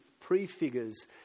prefigures